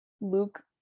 Luke